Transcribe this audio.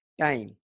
time